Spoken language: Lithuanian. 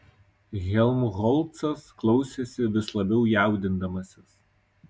helmholcas klausėsi vis labiau jaudindamasis